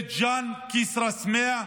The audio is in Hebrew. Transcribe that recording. בית ג'ן, כסרא-סמיע,